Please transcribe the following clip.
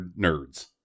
nerds